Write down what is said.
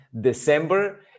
December